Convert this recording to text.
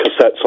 cassettes